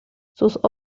sus